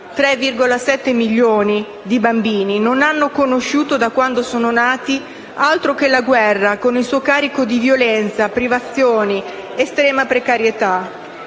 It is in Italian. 3,7 milioni di bambini, non hanno conosciuto da quando sono nati altro che la guerra con il suo carico di violenza, privazioni ed estrema precarietà.